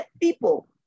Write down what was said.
people